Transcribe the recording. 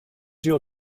your